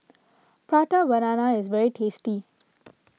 Prata Banana is very tasty